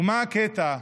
ומה הקטע,